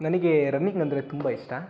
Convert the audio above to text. ನನಗೆ ರನ್ನಿಂಗ್ ಅಂದರೆ ತುಂಬ ಇಷ್ಟ